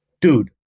dude